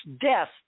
death